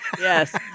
Yes